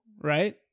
right